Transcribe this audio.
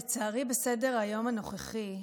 לצערי בסדר-היום הנוכחי,